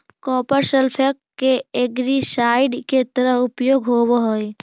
copper sulphate के algicide के तरह उपयोग होवऽ हई